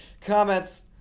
Comments